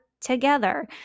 together